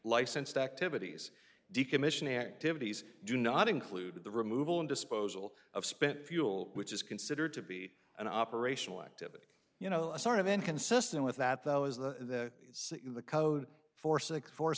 licensed activities decommissioning activities do not include the removal of disposal of spent fuel which is considered to be an operational activity you know a sort of inconsistent with that though is the code for six four